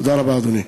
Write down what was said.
תודה רבה, אדוני.